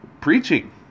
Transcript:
preaching